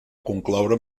concloure